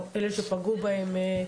לאלה שפגעו בהם,